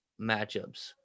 matchups